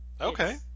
okay